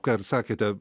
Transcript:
kad sakėte